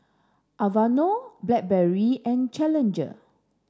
Aveeno Blackberry and Challenger